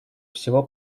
всего